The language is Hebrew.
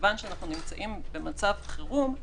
מכיוון שאנחנו נמצאים במצב חירום,